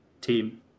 team